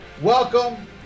Welcome